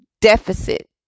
deficit